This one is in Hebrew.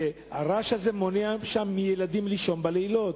הרעש הזה מונע מהילדים לישון בלילות.